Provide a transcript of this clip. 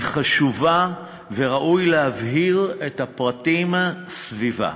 היא חשובה וראוי להבהיר את הפרטים סביבה.